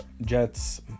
Jets